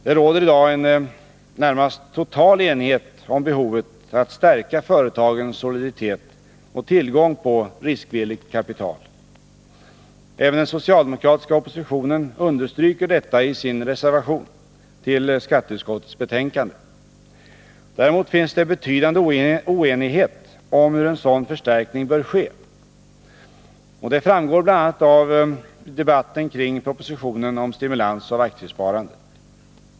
Det råder i dag en närmast total enighet om behovet att stärka företagens soliditet och tillgång på riskvilligt kapital. Även den socialdemokratiska oppositionen understryker detta i sin reservation till skatteutskottets betänkande. Däremot finns det betydande oenighet om hur en sådan förstärkning bör ske. Det framgår bl.a. av debatten kring propositionen om stimulans av aktiesparandet.